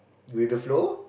with the flow